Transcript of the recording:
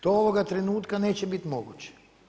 To ovoga trenutka neće biti moguće.